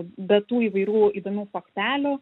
be tų įvairių įdomių faktelių